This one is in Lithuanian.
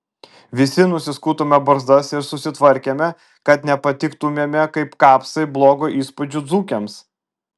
visi nusiskutome barzdas ir susitvarkėme kad nepatiktumėme kaip kapsai blogo įspūdžio dzūkėms